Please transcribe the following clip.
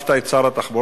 החלפת את שר התחבורה,